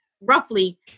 roughly